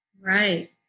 Right